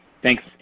Thanks